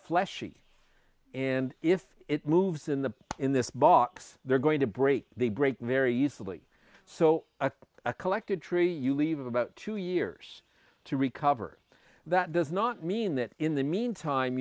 fleshy and if it moves in the in this box they're going to break the break very easily so a collected tree you leave about two years to recover that does not mean that in the meantime